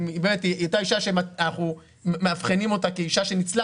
היא הייתה אישה שאנחנו מאבחנים אותה כאישה שניצלה